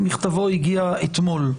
שמכתבו הגיע אתמול,